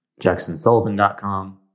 jacksonsullivan.com